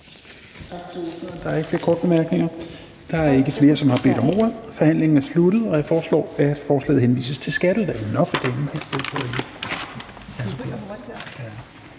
Der er ikke flere korte bemærkninger. Der er ikke flere, som har bedt om ordet, så forhandlingen er sluttet. Jeg foreslår, at forslaget henvises til Skatteudvalget. Hvis ingen